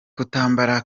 kutambara